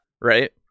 Right